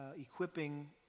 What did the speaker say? equipping